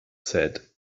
said